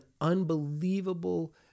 unbelievable